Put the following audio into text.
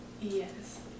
yes